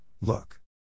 look